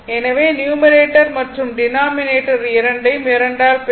எனவே நியூமரேட்டர் மற்றும் டினாமினேட்டர் இரண்டையும் 2 ஆல் பெருக்கவும்